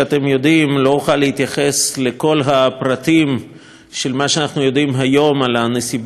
לא אוכל להתייחס לכל הפרטים של מה שאנחנו יודעים כיום על נסיבות האירוע.